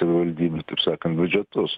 savivaldybių taip sakant biudžetus